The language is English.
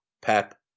Pep